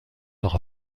noch